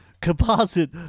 Composite